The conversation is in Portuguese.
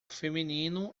feminino